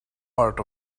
art